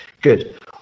good